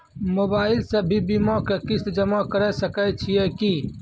Mobile से भी बीमा के किस्त जमा करै सकैय छियै कि?